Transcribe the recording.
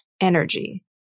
energy